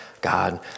God